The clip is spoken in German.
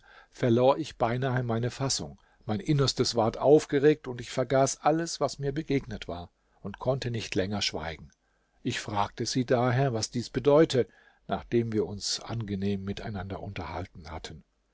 verlor ich beinahe meine fassung mein innerstes ward aufgeregt ich vergaß alles was mir begegnet war und konnte nicht länger schweigen ich fragte sie daher was dies bedeute nachdem wir uns angenehm miteinander unterhalten hatten